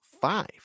five